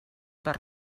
per